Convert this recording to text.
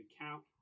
count